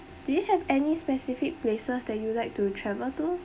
do you have any specific places that you would like to travel to